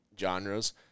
genres